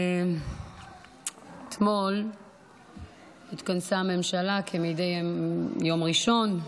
אתמול התכנסה הממשלה כמדי יום ראשון,